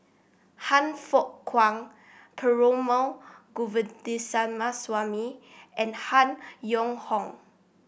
Han Fook Kwang Perumal Govindaswamy and Han Yong Hong